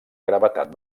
gravetat